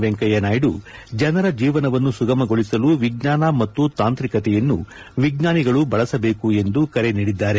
ವೆಂಕಯ್ಲನಾಯ್ಲು ಜನರ ಜೀವನವನ್ನು ಸುಗಮಗೊಳಿಸಲು ವಿಜ್ಞಾನ ಮತ್ತು ತಾಂತ್ರಿಕತೆಯನ್ನು ವಿಜ್ಞಾನಿಗಳು ಬಳಸಬೇಕು ಎಂದು ಕರೆ ನೀಡಿದ್ದಾರೆ